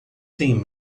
tem